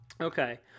Okay